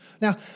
Now